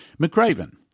McRaven